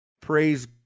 praise